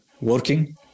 working